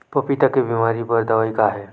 पपीता के बीमारी बर दवाई का हे?